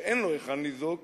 כשאין לו היכן לזעוק,